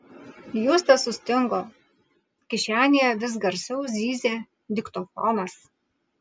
justas sustingo kišenėje vis garsiau zyzė diktofonas